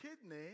kidney